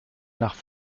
nach